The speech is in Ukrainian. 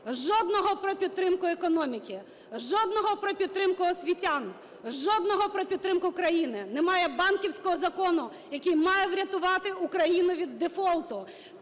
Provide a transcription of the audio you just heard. жодного про підтримку економіки, жодного про підтримку освітян, жодного про підтримку країни. Немає банківського закону, який має врятувати Україну від дефолту.